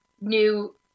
new